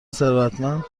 ثروتمند